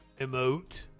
emote